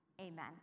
Amen